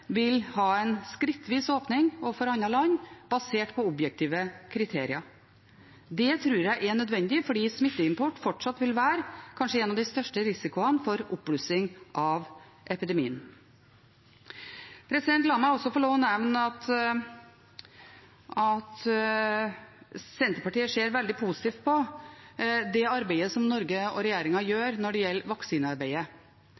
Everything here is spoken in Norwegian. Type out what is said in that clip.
vil ha en skrittvis åpning overfor andre land, basert på objektive kriterier. Det tror jeg er nødvendig fordi smitteimport fortsatt vil være kanskje en av de største risikoene for oppblussing av epidemien. La meg også få lov til å nevne at Senterpartiet ser veldig positivt på det Norge og